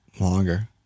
longer